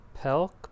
Pelk